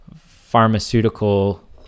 pharmaceutical